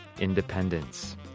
independence